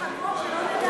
יש לך קול שלא נדע,